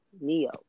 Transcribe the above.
Neo